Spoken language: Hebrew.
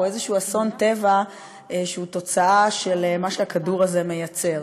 או איזשהו אסון טבע שהוא תוצאה של מה שהכדור הזה יוצר.